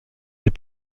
des